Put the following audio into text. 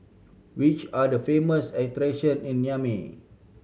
which are the famous attraction in Niamey